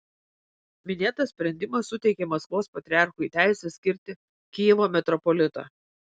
minėtas sprendimas suteikė maskvos patriarchui teisę skirti kijevo metropolitą